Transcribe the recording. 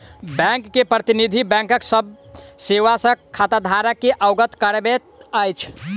bank के प्रतिनिधि, बैंकक सभ सेवा सॅ खाताधारक के अवगत करबैत अछि